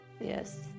yes